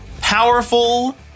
Powerful